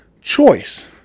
choice